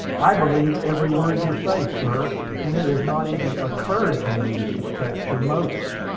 i believe every word you say, sir and it has not even occurred to me to suspect your motives,